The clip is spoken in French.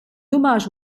hommage